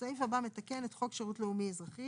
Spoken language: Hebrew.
הסעיף הבא מתקן את חוק שירות לאומי אזרחי.